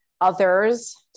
others